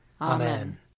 Amen